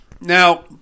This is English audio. Now